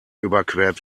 überquert